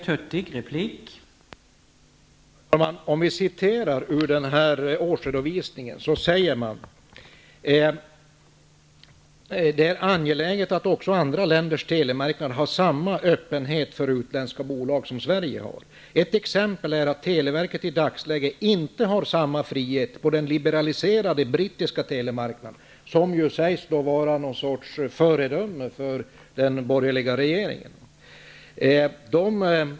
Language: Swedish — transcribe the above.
Herr talman! I denna årsredovisning sägs det att det är angeläget att också andra länders telemarknader har samma öppenhet för utländska bolag som Sverige har. Ett exempel är att televerket i dagsläget inte har samma frihet på den liberaliserade brittiska telemarknaden, som ju sägs vara någon sorts föredöme för den borgerliga regeringen.